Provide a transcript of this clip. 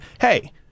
hey